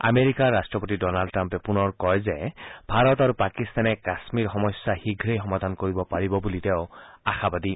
আমেৰিকাৰ ৰাট্টপতি ডনাল্ড ট্ৰাম্পে পুনৰ কয় যে ভাৰত আৰু পাকিস্তানে কাশ্মীৰ সমস্যা শীঘ্ৰেই সমাধান কৰিব পাৰিব বুলি তেওঁ আশাবাদী